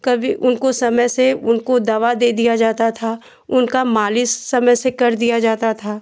कभी उनको समय से उनको दवा दे दी जाती थी उनकी मालिश समय से कर दी जाती थी